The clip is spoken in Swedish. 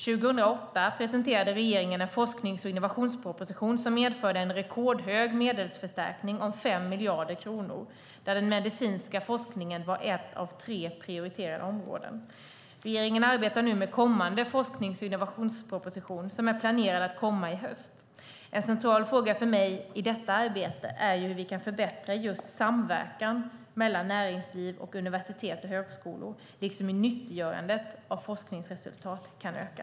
År 2008 presenterade regeringen en forsknings och innovationsproposition som medförde en rekordhög medelsförstärkning om 5 miljarder kronor, där den medicinska forskningen var ett av tre prioriterade områden. Regeringen arbetar nu med kommande forsknings och innovationsproposition, som är planerad att komma i höst. En central fråga för mig i detta arbete är hur vi kan förbättra just samverkan mellan näringsliv och universitet och högskolor, liksom hur nyttiggörandet av forskningsresultat kan öka.